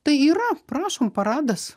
tai yra prašom paradas